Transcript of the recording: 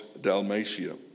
Dalmatia